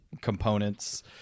components